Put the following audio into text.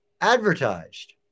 advertised